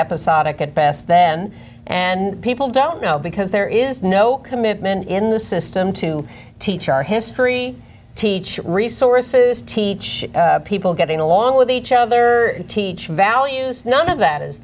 episodic at best then and people don't know because there is no commitment in the system to teach our history teach resources teach people getting along with each other teach values none of that is